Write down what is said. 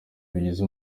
bigize